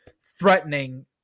threatening